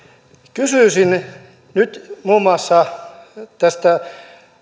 kysyisin nyt muun muassa tästä